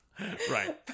right